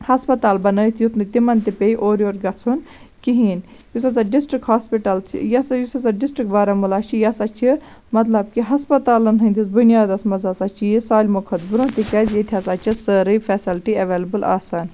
ہَسپَتال بَنٲیِتھ یُتھ نہٕ تِمَن تہِ پیٚیہِ اورٕ یورٕ گَژھُن کِہیٖنۍ یُس ہَسا ڈِسٹرک ہاسپِٹَل چھُ یہِ ہَسا یُس ہَسا ڈِسٹرک بارہمُلہ چھُ یہِ ہَسا چھ مَطلَب کہِ ہَسپَتالَن ہٕندِس بُنیادَس مَنٛز ہَسا چھ یہِ سٲلمو کھۄتہٕ برونٛہہ تکیازِ ییٚتہِ ہَسا چھِ سٲری فیسَلٹی ایٚولیبٕل آسان